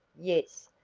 yes,